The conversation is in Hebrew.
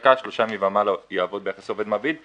העסקה שלושה ימים ומעלה יעבוד ביחסי עובד-מעביד.